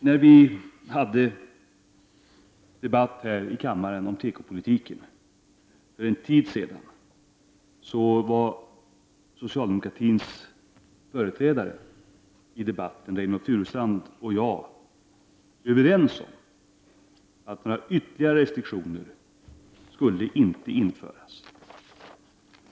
När vi för en tid sedan här i kammaren hade en debatt om tekopolitiken var socialdemokratins företrädare i debatten, Reynoldh Furustrand, och jag överens om att några ytterligare restriktioner inte skulle införas.